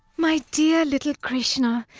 my dear little krishna,